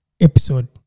episode